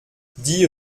dix